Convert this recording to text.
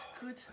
good